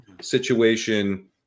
situation